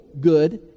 good